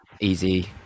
easy